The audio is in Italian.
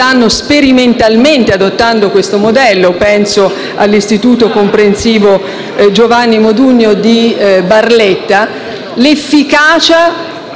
sperimentalmente adottando questo modello (penso all'istituto comprensivo Giovanni Modugno di Barletta), l'efficacia,